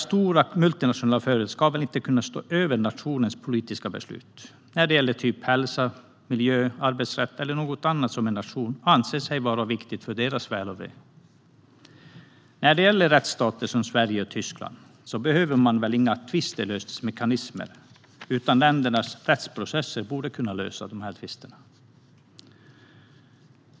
Stora multinationella företag ska väl inte kunna stå över nationens politiska beslut när det gäller hälsa, miljö, arbetsrätt eller något annat som en nation anser vara viktigt för dess väl och ve. När det gäller rättsstater som Sverige och Tyskland behöver man väl inga tvistlösningsmekanismer, utan ländernas rättsprocesser borde kunna lösa de här tvisterna.